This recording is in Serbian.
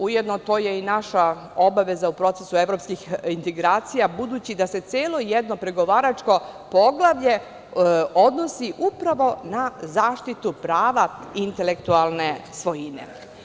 Ujedno, to je i naša obaveza u procesu evropskih integracija budući da se celo jedno pregovaračko poglavlje odnosi upravo na zaštitu prava intelektualne svojine.